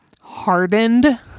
hardened